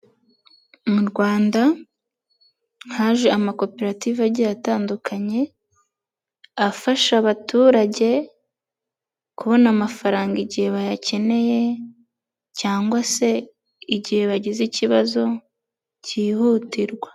Mu Rwanda haje amakoperative agiye atandukanye, afasha abaturage, kubona amafaranga igihe bayakeneye cyangwa se igihe bagize ikibazo cyihutirwa.